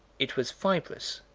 it was fibrous.